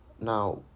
Now